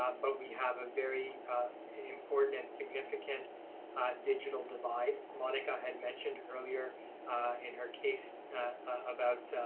um but we have a very important and significant digital divide. monica had mentioned earlier in her case about